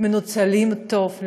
מנוצלים טוב.